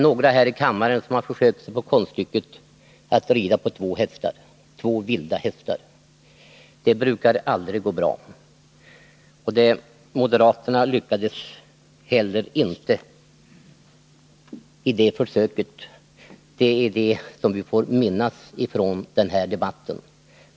Några här i kammaren har försökt sig på konststycket att ri —två vilda hästar. Det brukar inte gå bra. Inte heller moderaterna lyckades i det försöket — det är det vi får minnas från den här debatten.